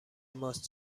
ماست